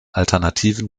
alternativen